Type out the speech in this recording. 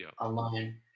online